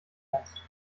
kannst